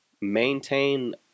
maintain